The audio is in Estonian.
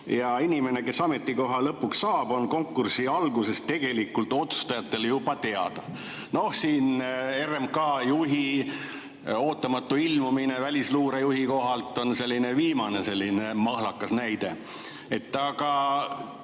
ja inimene, kes ametikoha lõpuks saab, on konkursi alguses tegelikult otsustajatel juba teada. Noh, siin RMK juhi ootamatu ilmumine välisluure juhi kohalt on viimane selline mahlakas näide.